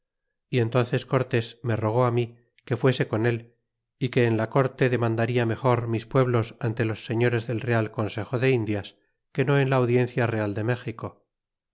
y entónces cortés me rogó mí que fuese con él y que en la corte demandada mejor mis pueblos ante los señores del real consejo de indias que no en la audiencia real de méxico